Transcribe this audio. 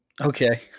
okay